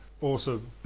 Awesome